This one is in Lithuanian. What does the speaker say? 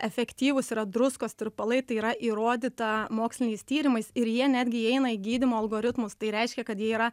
efektyvūs yra druskos tirpalai tai yra įrodyta moksliniais tyrimais ir jie netgi įeina į gydymo algoritmus tai reiškia kad jie yra